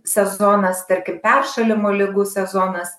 sezonas tarkim peršalimo ligų sezonas